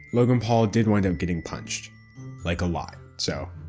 logan paul did wind up getting punched like a lot. so,